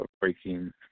breaking